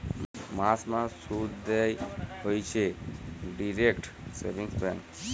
মাস মাস শুধ দেয় হইছে ডিইরেক্ট সেভিংস ব্যাঙ্ক